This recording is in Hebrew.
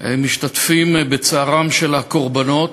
משתתפים בצערן של משפחות הקורבנות,